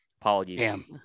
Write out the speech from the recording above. apologies